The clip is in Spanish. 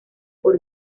por